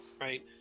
right